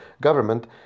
government